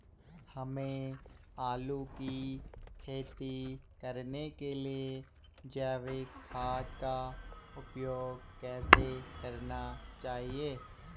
हमें आलू की खेती करने के लिए जैविक खाद का उपयोग कैसे करना चाहिए?